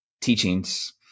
teachings